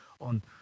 on